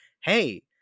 hey